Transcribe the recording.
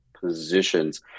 positions